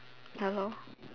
ya lor